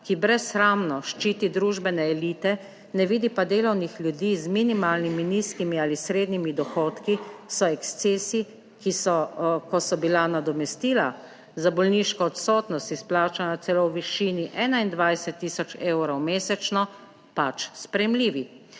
ki brezsramno ščiti družbene elite, ne vidi pa delovnih ljudi z minimalnimi, nizkimi ali srednjimi dohodki, so ekscesi, ki so, ko so bila nadomestila za bolniško odsotnost izplačana celo v višini 21 tisoč evrov mesečno, pač sprejemljivi.